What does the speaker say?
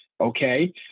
Okay